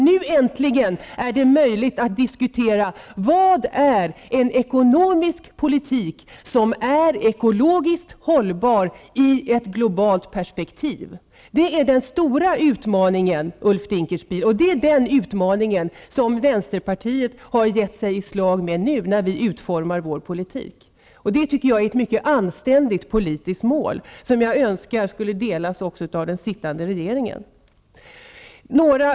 Nu äntligen är det möjligt att diskutera: Vad är en ekonomisk politik som är ekologiskt hållbar i ett globalt perspektiv? Det är den stora utmaningen, Ulf Dinkelspiel, och det är denna utmaning som Vänsterpartiet har gett sig i kast med nu, när vi utformar vår politik. Detta tycker jag är ett mycket anständigt politiskt mål, som jag önskar att också den sittande regeringen skulle sträva mot.